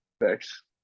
Thanks